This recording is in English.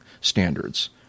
standards